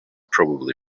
probably